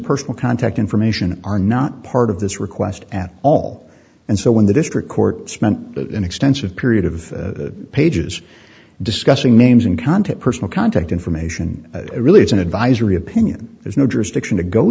personal contact information are not part of this request at all and so when the district court spent an extensive period of pages discussing names and contact personal contact information it really is an advisory opinion there's no jurisdiction to go